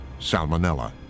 salmonella